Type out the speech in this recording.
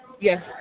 Yes